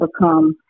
become